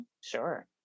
sure